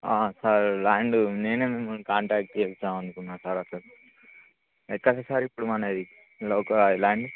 sir land నేనే మిమ్మల్ని contact చేద్దామని అనుకున్నాను సార్ అసలు ఎక్కడ సార్ ఇప్పుడు మనది లోక ల్యాండ్